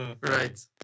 Right